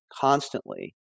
constantly